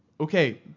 Okay